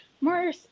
more